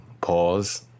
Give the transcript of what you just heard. Pause